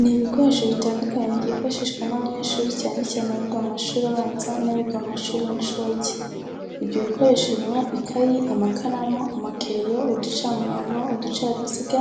Ni ibikoresho bitandukanye byifashishwa n'abanyeshuri cyane cyane abiga mu mashuri abanza n'abiga mu mashuri y'incuke. Ibyo bikoresho birimo ikayi, amakaramu, amakereyo, uducamurongo, uducaruziga,